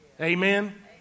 Amen